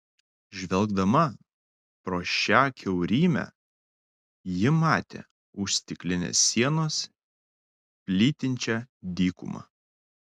žvelgdama pro šią kiaurymę ji matė už stiklinės sienos plytinčią dykumą